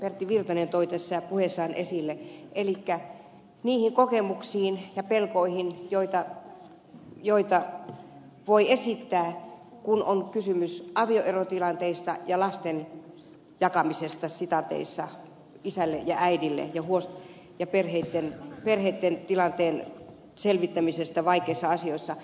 pertti virtanen toi puheessaan esille elikkä niihin kokemuksiin ja pelkoihin joita voi esittää kun on kysymys avioerotilanteista ja lasten jakamisesta isälle ja äidille ja perheitten tilanteen selvittämisestä vaikeissa asioissa